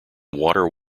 water